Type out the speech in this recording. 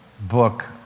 book